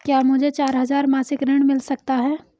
क्या मुझे चार हजार मासिक ऋण मिल सकता है?